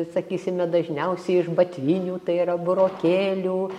sakysime dažniausiai iš batvinių tai yra burokėlių